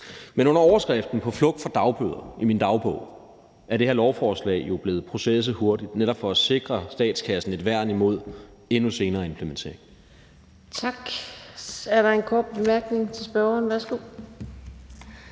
Men under overskriften »På flugt fra dagbøder« i min dagbog er det her lovforslag jo blevet processeret hurtigt netop for at sikre statskassen et værn imod endnu senere implementering.